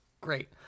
Great